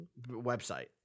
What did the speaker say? website